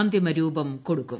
അന്തിമ രൂപം കൊടുക്കും